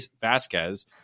Vasquez